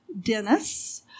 Dennis